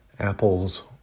Apple's